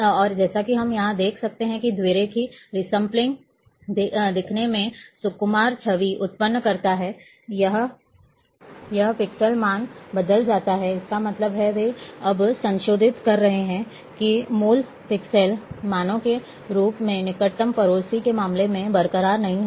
और जैसा कि हम यहां देख सकते हैं कि द्विरेखीय रीसम्प्ललिंग दिखने में सुकुमार छवि उत्पन्न करता है यह पिक्सेल मान बदल जाता है इसका मतलब है वे अब संशोधित कर रहे हैं मूल पिक्सेल मानों के रूप में निकटतम पड़ोसी के मामले में बरकरार नहीं होगा